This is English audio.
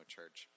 Church